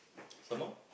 some more